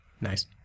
Nice